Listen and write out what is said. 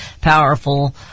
powerful